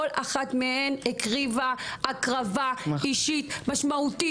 כל אחת מהן הקריבה הקרבה אישית משמעותית,